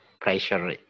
pressure